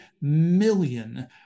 million